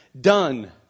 done